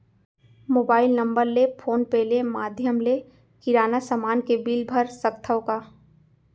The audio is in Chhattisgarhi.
मोबाइल नम्बर ले फोन पे ले माधयम ले किराना समान के बिल भर सकथव का?